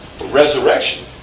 Resurrection